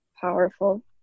powerful